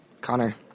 Connor